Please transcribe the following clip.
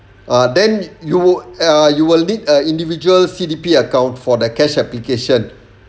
ah then you ah you will need a individual C_D_P account for the cash application